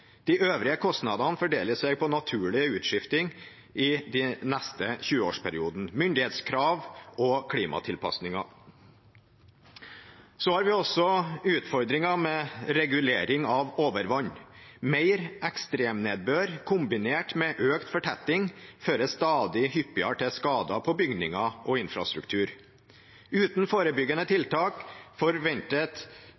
De øvrige kostnadene fordeler seg på naturlig utskifting i den neste 20-årsperioden, myndighetskrav og klimatilpasninger. Så har vi også utfordringer med regulering av overvann. Mer ekstremnedbør kombinert med økt fortetting fører stadig hyppigere til skader på bygninger og infrastruktur. Uten forebyggende